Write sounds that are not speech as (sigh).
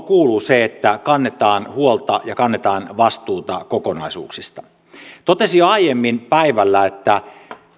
(unintelligible) kuuluu se että kannetaan huolta ja kannetaan vastuuta kokonaisuuksista totesin jo aiemmin päivällä että